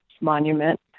Monument